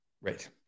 Right